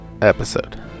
episode